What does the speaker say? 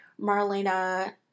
Marlena